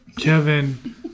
Kevin